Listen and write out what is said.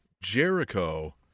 Jericho